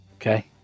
Okay